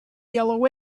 yellow